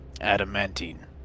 adamantine